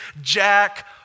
Jack